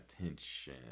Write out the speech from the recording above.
attention